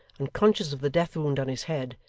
unconscious of the death-wound on his head,